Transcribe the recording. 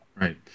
right